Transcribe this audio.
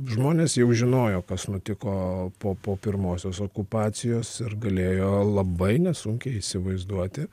žmonės jau žinojo kas nutiko po po pirmosios okupacijos ir galėjo labai nesunkiai įsivaizduoti